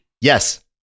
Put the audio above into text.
Yes